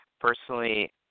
personally